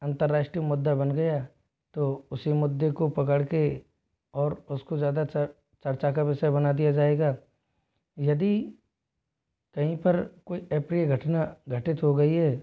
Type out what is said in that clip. अंतर्राष्ट्रीय मुद्दा बन गया तो उसी मुद्दे को पकड़ के और उसको ज़्यादा चर्चा का विषय बना दिया जाएगा यदि कहीं पर कोई अप्रिय घटना घटित हो गई है